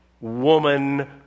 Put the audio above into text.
Woman